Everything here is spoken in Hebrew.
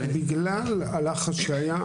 בגלל הלחץ שהיה,